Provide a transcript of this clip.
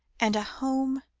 and a home,